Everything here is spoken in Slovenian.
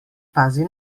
pazi